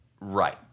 Right